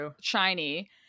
shiny